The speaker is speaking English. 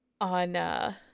on